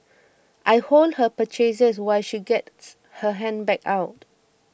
I hold her purchases while she gets her handbag out